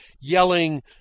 yelling